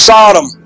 Sodom